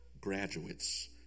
graduates